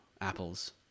apples